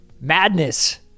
madness